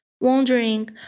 wondering